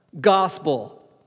gospel